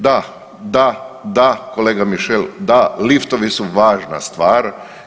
Da, da, da kolega Mišel, da liftovi su važna stvar.